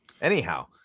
Anyhow